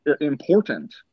important